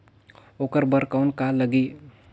ओकर बर कौन का लगी?